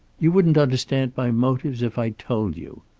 you wouldn't understand my motives if i told you.